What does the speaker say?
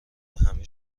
همه